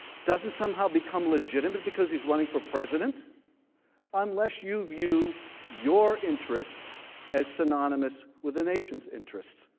does is somehow become legitimate because he's running for president unless you view your interests as synonymous with the nation's interests